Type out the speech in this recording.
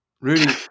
Rudy